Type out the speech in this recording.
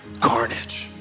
carnage